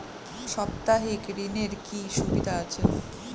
সাপ্তাহিক ঋণের কি সুবিধা আছে?